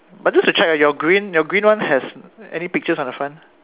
but just to check ah your green your green one has any pictures on the front